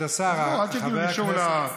כבוד השר, חבר הכנסת,